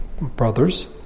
brothers